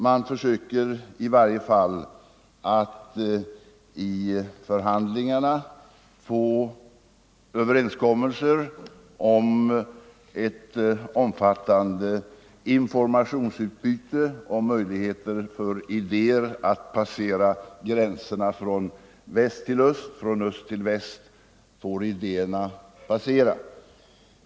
Man försöker i varje fall att i förhandlingarna få överenskommelser om ett omfattande informationsutbyte och möjligheter för idéerna att passera över gränserna från väst till öst och från öst till väst.